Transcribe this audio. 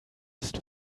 ist